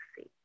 see